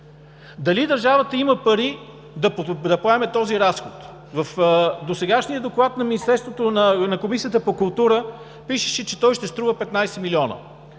Дали държавата има пари да поеме този разход? В досегашния доклад на Комисията по култура пишеше, че той ще струва 15 милиона.